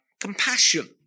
compassion